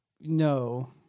no